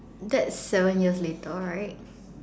that's seven years later right